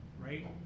right